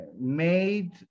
made